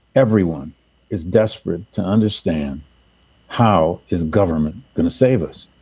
everyone is desperate to understand how is government going to save us